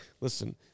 listen